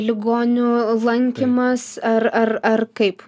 ligonių lankymas ar ar ar kaip